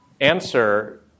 Answer